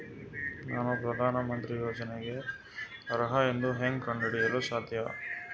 ನಾನು ಪ್ರಧಾನ ಮಂತ್ರಿ ಯೋಜನೆಗೆ ಅರ್ಹ ಎಂದು ಹೆಂಗ್ ಕಂಡ ಹಿಡಿಯಲು ಸಾಧ್ಯ?